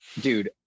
dude